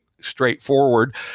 straightforward